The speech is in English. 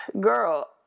girl